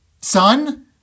Son